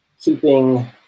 keeping